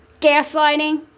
gaslighting